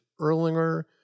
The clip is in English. Erlinger